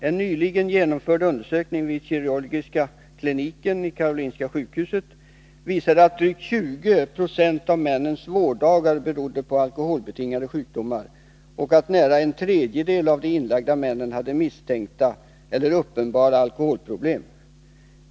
En nyligen genomförd undersökning vid kirurgiska kliniken, Karolinska sjukhuset, visade att drygt 20 6 av männens vårddagar berodde på alkoholbetingade sjukdomar och att nära 1/3 av de inlagda männen hade misstänkta eller uppenbara alkoholproblem.